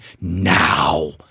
now